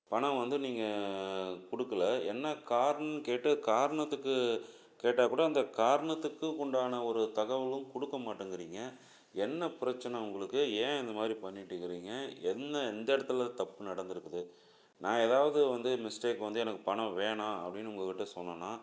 பணம் வந்து நீங்கள் கொடுக்கல என்ன காரணன்னு கேட்டு அது காரணத்துக்கு கேட்டாக்கூட அந்த காரணத்துக்கு உண்டான ஒரு தகவலும் கொடுக்க மாட்டேங்குறீங்க என்ன பிரச்சனை உங்களுக்கு ஏன் இந்த மாதிரி பண்ணிட்டுருக்குறீங்க என்ன எந்த இடத்துல தப்பு நடந்திருக்குது நான் ஏதாவது வந்து மிஸ்டேக் வந்து எனக்கு பணம் வேணாம் அப்படின்னு உங்கக்கிட்டே சொன்னேனா